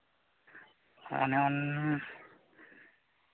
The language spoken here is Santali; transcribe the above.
ᱚᱱᱮ ᱚᱱᱟ